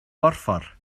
borffor